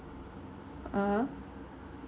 yeah